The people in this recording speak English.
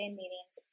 meetings